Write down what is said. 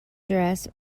dress